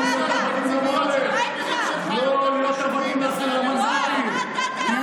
לא להיות עבדים, תהיו